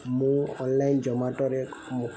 ମୁଁ ଅନ୍ଲାଇନ୍ ଜୋମାଟୋରେ ମୋ